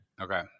Okay